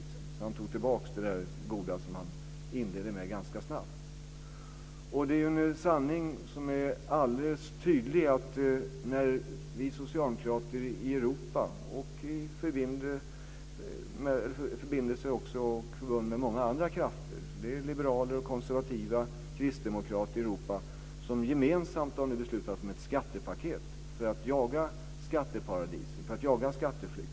Så han tog tillbaka det där goda som han inledde med ganska snabbt. Det finns ju en sak som är alldeles tydlig när vi socialdemokrater i Europa i förbund med många andra krafter - det är liberaler, konservativa och kristdemokrater - nu gemensamt har beslutat om ett skattepaket för att jaga skatteparadis, för att jaga skatteflykt.